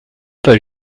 pas